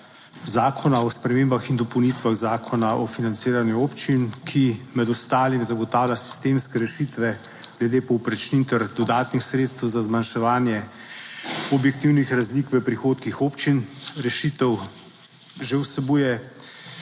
zakona o spremembah in dopolnitvah Zakona o financiranju občin, ki med ostalimi zagotavlja sistemske rešitve glede povprečnin ter dodatnih sredstev za zmanjševanje objektivnih razlik v prihodkih občin. Rešitev že vsebuje